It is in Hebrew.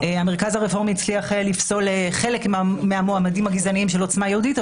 והמרכז הרפורמי הצליח לפסול חלק מהמועמדים הגזעניים של עוצמה יהודית,